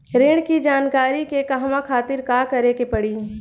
ऋण की जानकारी के कहवा खातिर का करे के पड़ी?